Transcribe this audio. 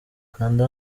kanda